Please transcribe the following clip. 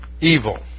evil